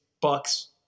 Bucks